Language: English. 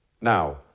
Now